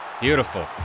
beautiful